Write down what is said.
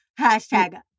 Hashtag